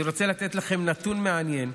אני רוצה לתת לכם נתון מעניין,